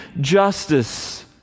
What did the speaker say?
justice